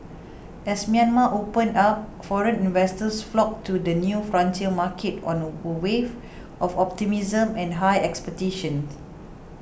as Myanmar opened up foreign investors flocked to the new frontier market on a wave of optimism and high expectations